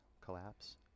collapse